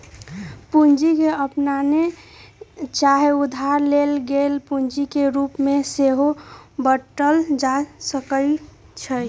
पूंजी के अप्पने चाहे उधार लेल गेल पूंजी के रूप में सेहो बाटल जा सकइ छइ